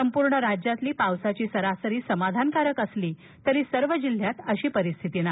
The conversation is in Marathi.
संपूर्ण राज्यातली पावसाची सरासरी समाधानकारक असली तरी सर्व जिल्ह्यात अशी परिस्थिती नाही